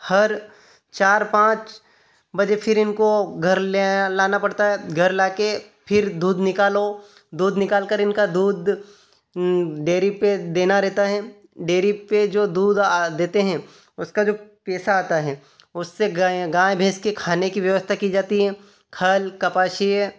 हर चार पाँच बजे फिर इनको घर ले आना लाना पड़ता है घर लाकर फिर दूध निकालो दूध निकाल कर इनका दूध डेयरी पर देना रहता है डेरी पर जो दूध आ देते हैं उसका जो पैसा आता है उससे गाय भैंस के खाने की व्यवस्था की जाती है खल कपाशिया